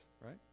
right